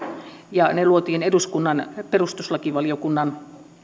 ja ne luotiin eduskunnan perustuslakivaliokunnan